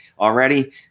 already